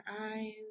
eyes